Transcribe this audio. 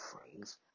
phrase